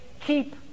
keep